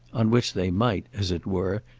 on which they might, as it were,